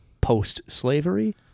post-slavery